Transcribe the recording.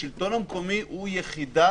השלטון המקומי הוא יחידה